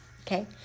Okay